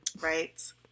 right